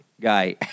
guy